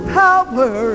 power